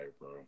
bro